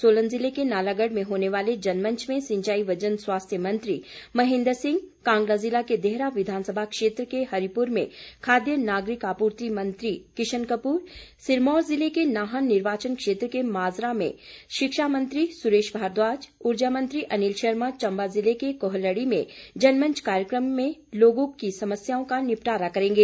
सोलन जिले के नालागढ़ में होने वाले जनमंच में सिंचाई व जनस्वास्थ्य मंत्री महेन्द्र सिंह कांगड़ा जिला के देहरा विधानसभा क्षेत्र के हरिपुर में खाद्य नागरिक आपूर्ति मंत्री किशन कपूर सिरमौर ज़िले के नाहन निर्वाचन क्षेत्र के माजरा में शिक्षा मंत्री सुरेश भारद्वाज ऊर्जा मंत्री अनिल शर्मा चंबा जिले के कोहलड़ी में जनमंच कार्यक्रम में लोगों की समस्याओं का निपटारा करेंगे